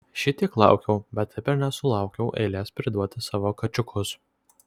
šitiek laukiau bet taip ir nesulaukiau eilės priduoti savo kačiukus